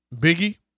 Biggie